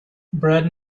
bread